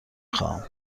خواهم